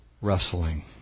wrestling